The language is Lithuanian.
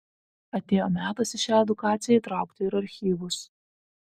atėjo metas į šią edukaciją įtraukti ir archyvus